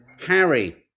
Harry